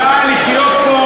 את יכולה לחיות פה,